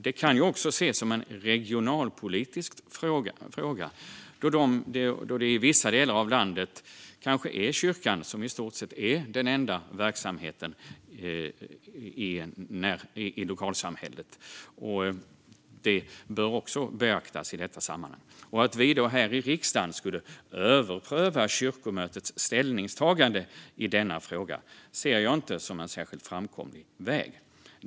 Det kan också ses som en regionalpolitisk fråga, då kyrkan kanske är den i stort sett enda verksamheten i lokalsamhället i vissa delar av landet, vilket också bör beaktas i detta sammanhang. Att vi här i riksdagen skulle överpröva kyrkomötets ställningstagande i denna fråga ser jag inte som en särskilt framkomlig väg.